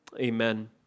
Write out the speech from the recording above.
amen